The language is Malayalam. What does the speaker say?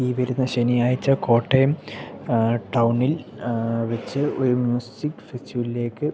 ഈ വരുന്ന ശനിയാഴ്ച കോട്ടയം ടൗണിൽ വച്ചു ഒരു മൂസിക് ഫെസ്റ്റിവലിലേക്ക്